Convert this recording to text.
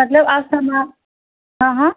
مطلب آپ سامان ہاں ہاں